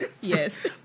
Yes